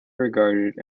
regarded